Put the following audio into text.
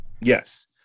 yes